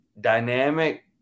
dynamic